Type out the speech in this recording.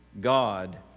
God